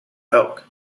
elk